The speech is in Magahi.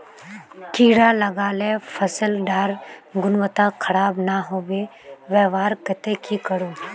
कीड़ा लगाले फसल डार गुणवत्ता खराब ना होबे वहार केते की करूम?